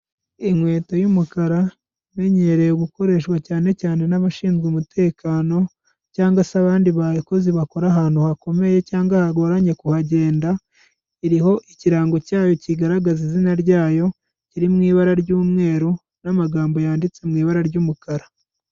Inkweto y'umukara imenyerewe gukoreshwa cyane cyane n' nabashinzwe umutekano cyangwa se abandi bakozi bakora ahantu hakomeye cyangwa hagoranye kuhagenda iriho ikirango cyayo kigaragaza izina ryayo kiri mu ibara ry'umweru n'amagambo yanditse mu ibara ry'umukara.